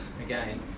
again